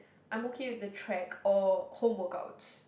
I'm okay with the track or home workouts